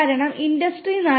കാരണം ഇൻഡസ്ട്രി 4